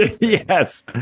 Yes